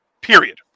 Period